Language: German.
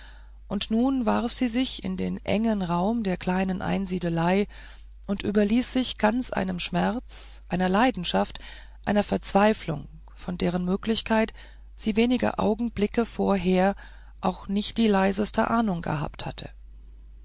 und nun warf sie sich in den engen raum der kleinen einsiedelei und überließ sich ganz einem schmerz einer leidenschaft einer verzweiflung von deren möglichkeit sie wenig augenblicke vorher auch nicht die leiseste ahnung gehabt hatte